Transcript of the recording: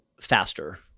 faster